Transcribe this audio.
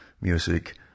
music